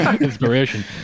Inspiration